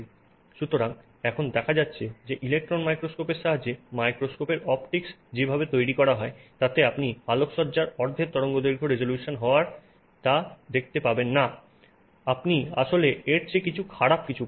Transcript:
সুতরাং এখন দেখা যাচ্ছে যে ইলেকট্রন মাইক্রোস্কোপের সাহায্যে মাইক্রোস্কোপের অপটিক্স যেভাবে তৈরি করা হয় তাতে আপনি আলোকসজ্জার অর্ধেক তরঙ্গদৈর্ঘ্য রেজোলিউশন হওয়ায় তা দেখতে পাবেন না আপনি আসলে এর চেয়ে কিছুটা খারাপ কিছু পান